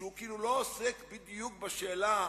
שכאילו לא עוסק בדיוק בשאלה